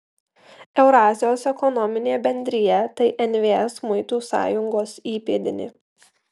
eurazijos ekonominė bendrija tai nvs muitų sąjungos įpėdinė